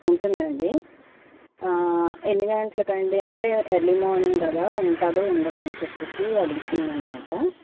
ఉంటుందండి ఎన్ని గంటలకు అండి అంటే ఎర్లీ మార్నింగ్ కదా ఉంటాదో ఉండదో అని చెప్పేసి అడుగుతున్నాను అన్నమాట